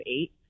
eight